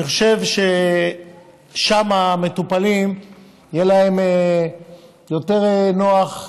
אני חושב ששם למטופלים יהיה יותר נוח,